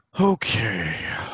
Okay